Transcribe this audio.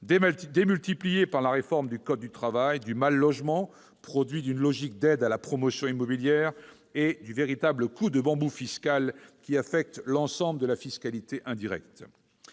démultipliée par la réforme du code du travail, du mal-logement, produit d'une logique d'aide à la promotion immobilière et du véritable coup de bambou fiscal qui affecte l'ensemble de la fiscalité indirecte.